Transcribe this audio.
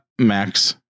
Max